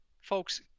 folks